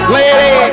Lady